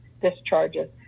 discharges